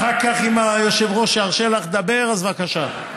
אחר כך, אם היושב-ראש ירשה לך לדבר, בבקשה.